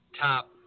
top